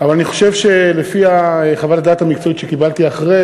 אבל אני חושב שלפי חוות הדעת המקצועית שקיבלתי אחרי,